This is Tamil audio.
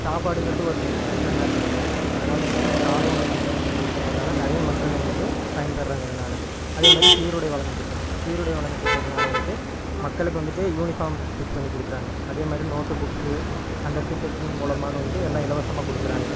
சாப்பாடுங்கறது ஒரு மெயின் கன்ஸனாக இருக்குதுல்ல அதனால் வந்துவிட்டு நம்ம காலை உணவுத்திட்டம் இன்ட்ரொடியூஸ் பண்ணுறதால வந்துவிட்டு நிறைய மக்கள் வந்துவிட்டு பயன்பெறறாங்க இதனால் அதே மாரி சீருடை வழங்கும் திட்டம் சீருடை வழங்கும் திட்டத்துனால வந்துவிட்டு மக்களுக்கு வந்துவிட்டு யூனிஃபார்ம் ஸ்டிச் பண்ணிக்கொடுக்குறாங்க அதே மாரி நோட்டு புக்கு அந்தத் திட்டத்தின் மூலமாக வந்துவிட்டு எல்லாம் இலவசமாக கொடுக்குறாங்க